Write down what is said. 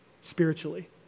spiritually